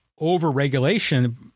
over-regulation